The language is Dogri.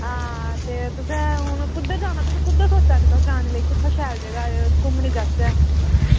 ते आं ते हून तुसें कुद्धर जाना ते कुत्थें शैल जगह घुम्मनै गी जाह्चै